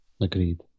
Agreed